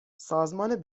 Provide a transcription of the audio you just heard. سازمان